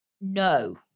No